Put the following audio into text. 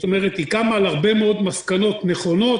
זאת אומרת היא קמה על הרבה מאוד מסקנות נכונות